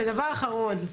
ודבר אחרון,